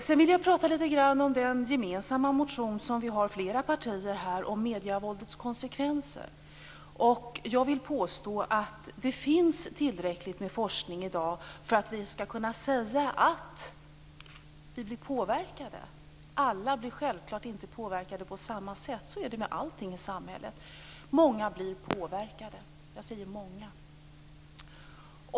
Sedan vill jag tala lite grann om den motion som flera partier har gemensamt om medievåldets konsekvenser. Jag vill påstå att det finns tillräckligt med forskning i dag för att vi skall kunna säga att vi blir påverkade. Alla blir självklart inte påverkade på samma sätt. Så är det med allting i samhället. Många blir påverkade. Jag säger många.